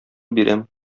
бирәм